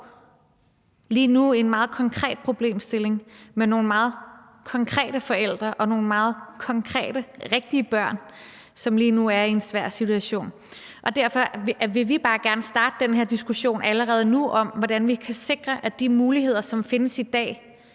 vi står i en meget konkret problemstilling med nogle meget konkrete forældre og nogle meget konkrete, rigtige børn, som lige nu er i en svær situation. Derfor vil vi bare gerne starte den her diskussion allerede nu om, hvordan vi kan sikre, at de muligheder, som findes i dag,